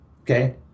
Okay